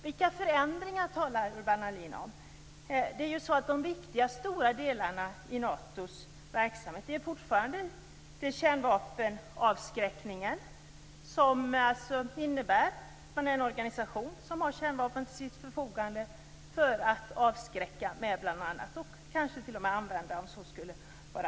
Vilka förändringar talar Urban Ahlin om? De viktiga, stora delarna i Natos verksamhet är fortfarande desamma. Det är kärnvapenavskräckning, vilket alltså innebär att Nato är en organisation som har kärnvapen till sitt förfogande för att avskräcka och kanske t.o.m. använda om så skulle behövas.